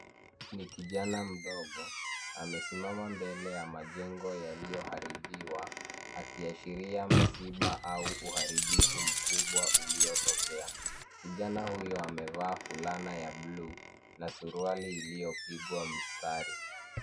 Ni kijana mdogo. Amesimama mbele ya majengo yaliyoharibika akiashiria msiba au uharibifu mkubwa uliotokea. Kijana huyo amevaa fulana ya buluu na suruali iliyopigwa mstari.